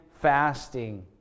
fasting